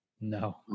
No